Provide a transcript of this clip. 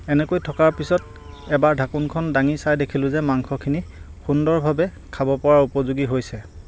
এনেকৈ থকাৰ পিছত এবাৰ ঢাকোনখন দাঙি চাই দেখিলোঁ যে মাংসখিনি সুন্দৰভাৱে খাব পৰাৰ উপযোগী হৈছে